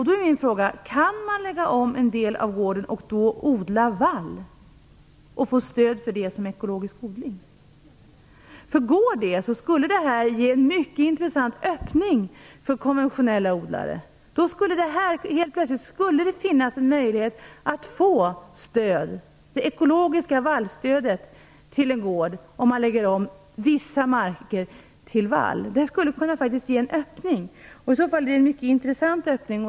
Då är min fråga: Kan man lägga om en del av gården och odla vall samt få stöd för det som ekologisk odling? Om det går, skulle det ge en mycket intressant öppning för konventionella odlare. Helt plötsligt skulle det finnas en möjlighet att få ekologiskt vallstöd till en gård om vissa marker läggs om till vall. Det skulle bli en mycket intressant öppning.